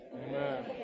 Amen